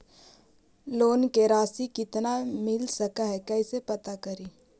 Loan के रासि कितना मिल सक है कैसे पता करी?